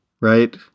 Right